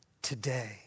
today